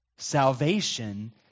Salvation